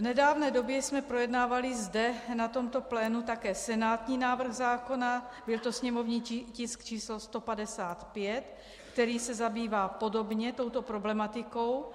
V nedávné době jsme projednávali zde, na tomto plénu, také senátní návrh zákona, byl to sněmovní tisk číslo 155, který se zabývá podobně touto problematikou,